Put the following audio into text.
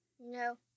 No